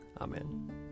Amen